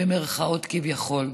במירכאות, כביכול.